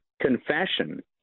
Confession